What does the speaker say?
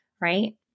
right